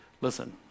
Listen